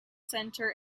center